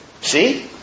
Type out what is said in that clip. See